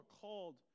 called